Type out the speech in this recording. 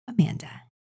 Amanda